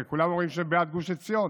הרי כולם אומרים שהם בעד גוש עציון,